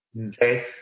okay